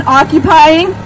occupying